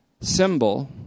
symbol